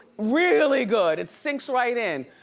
really good. it sinks right in.